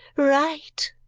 right!